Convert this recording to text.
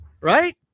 Right